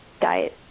diet